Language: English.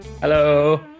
Hello